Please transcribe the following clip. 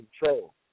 control